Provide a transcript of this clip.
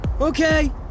Okay